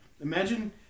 Imagine